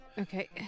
Okay